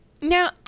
Now